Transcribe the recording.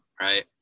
right